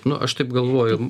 nu aš taip galvoju